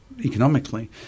economically